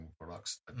products